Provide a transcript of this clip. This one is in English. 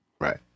Right